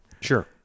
Sure